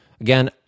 Again